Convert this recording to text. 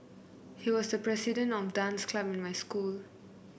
he was the president of dance club in my school